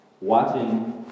watching